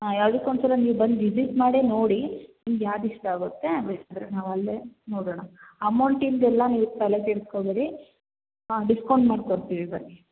ಹಾಂ ಯಾವುದಕ್ಕು ಒಂದು ಸಲ ನೀವು ಬಂದು ವಿಸಿಟ್ ಮಾಡೇ ನೋಡಿ ನಿಮ್ಗೆ ಯಾವ್ದು ಇಷ್ಟ ಆಗುತ್ತೆ ಬೇಕಾದರೆ ನಾವು ಅಲ್ಲೇ ನೋಡೋಣ ಅಮೌಂಟಿಂದೆಲ್ಲ ನೀವು ತಲೆ ಕೆಡಿಸ್ಕೋಬೇಡಿ ಹಾಂ ಡಿಸ್ಕೌಂಟ್ ಮಾಡ್ಕೊಡ್ತೀವಿ ಬನ್ನಿ